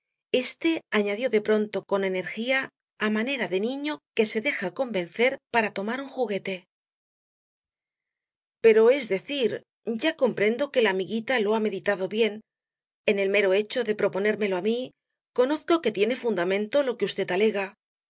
añadió de pronto con energía á manera de niño que se deja convencer para tomar un juguete pero es decir ya comprendo que la amiguita lo ha meditado bien en el mero hecho de proponérmelo á mí conozco que tiene fundamento lo que v alega